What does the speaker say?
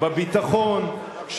בביטחון,